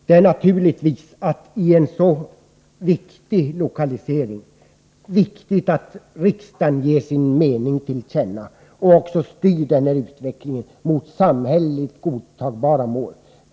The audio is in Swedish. Det är naturligtvis inför en så betydelsefull lokaliseringsfråga viktigt att riksdagen ger sin mening till känna och även styr utvecklingen mot samhälleligt godtagbara mål.